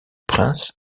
princes